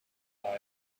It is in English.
time